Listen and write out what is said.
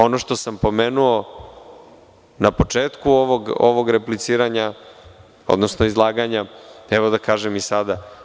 Ono što sam pomenuo na početku ovog repliciranja, odnosno izlaganja, evo da kažem i sada.